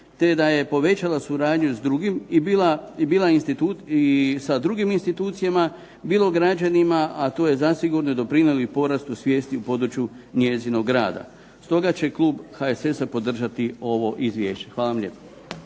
s drugim i bila institut i sa drugim institucijama, bilo građanima, a to je zacijelo doprinijelo i porastu svijesti u području njezinog rada. Stoga će klub HSS-a podržati ovo izvješće. Hvala vam lijepa.